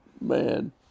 Man